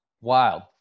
wild